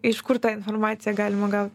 iš kur tą informaciją galima gau